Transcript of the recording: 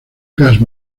gas